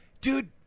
Dude